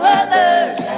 others